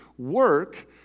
Work